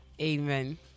amen